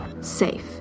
safe